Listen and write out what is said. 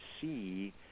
see